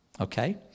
okay